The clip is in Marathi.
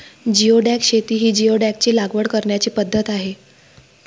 जिओडॅक शेती ही जिओडॅकची लागवड करण्याची पद्धत आहे